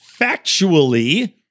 factually